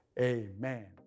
Amen